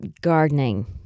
gardening